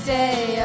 day